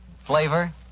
Flavor